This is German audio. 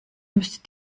müsste